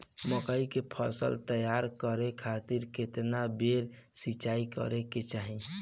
मकई के फसल तैयार करे खातीर केतना बेर सिचाई करे के चाही?